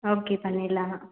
okay பண்ணிடலாம்